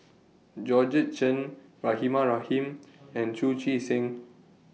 Georgette Chen Rahimah Rahim and Chu Chee Seng